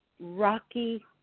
rocky